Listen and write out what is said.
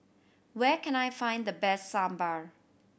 where can I find the best Sambar